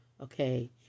Okay